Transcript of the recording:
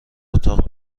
اتاق